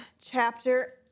chapter